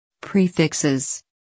Prefixes